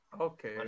Okay